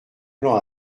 plan